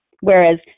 Whereas